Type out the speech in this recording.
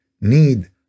need